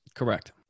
Correct